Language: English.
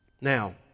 Now